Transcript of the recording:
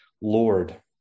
Lord